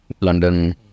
London